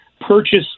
purchase